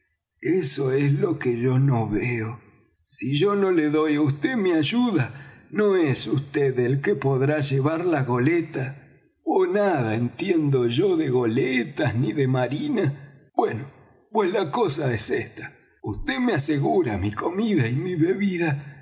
eso es lo que yo no veo si yo no le doy á vd mi ayuda no es vd el que podrá llevar la goleta ó nada entiendo yo de goletas ni de marina bueno pues la cosa es esta vd me asegura mi comida y mi bebida